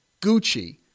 Gucci